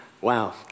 Wow